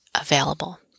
Available